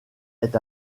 est